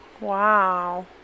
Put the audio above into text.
Wow